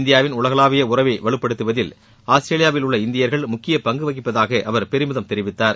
இந்தியாவின் உலகளாவிய உறவை வலுப்படுத்துவதில் ஆஸ்திரேலியாவில் உள்ள இந்தியர்கள் முக்கிய பங்கு வகிப்பதாக அவர் பெருமிதம் தெரிவித்தார்